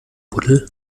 buddel